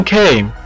came